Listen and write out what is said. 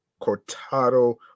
cortado